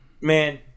man